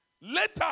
Later